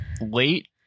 late